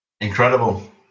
Incredible